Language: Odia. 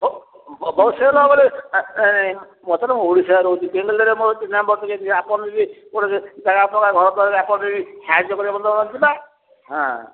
ସେ ନ କଲେ ମୁଁ ଓଡ଼ିଶାରେ ରହୁଛି ବେଙ୍ଗାଲୋରରେ